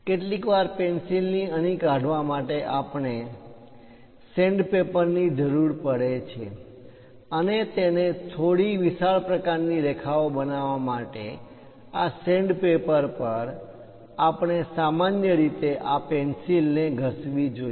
કેટલીકવાર પેન્સિલની અણી કાઢવા માટે અપણ ને સેન્ડ પેપર ની જરૂર પડે છે અને તેને થોડી વિશાળ પ્રકારની રેખાઓ બનાવવા માટે આ સેન્ડ પેપર પર આપણે સામાન્ય રીતે આ પેન્સિલ ને ઘસવી જોઈએ